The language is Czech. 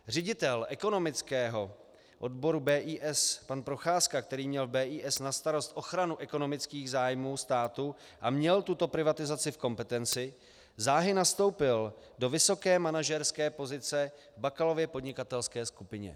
Ředitel ekonomického odboru BIS pan Procházka, který měl v BIS na starost ochranu ekonomických zájmů státu a měl tuto privatizaci v kompetenci, záhy nastoupil do vysoké manažerské pozice v Bakalově podnikatelské skupině.